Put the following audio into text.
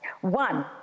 One